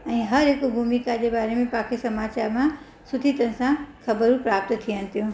ऐं हर हिउ भूमिका जे बारे में तव्हंखे समाचार मां सुठी तरह सां खबरूं प्राप्त थियनि थियूं